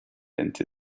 into